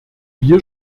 wir